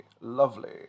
lovely